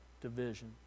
division